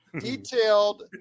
detailed